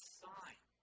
sign